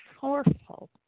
powerful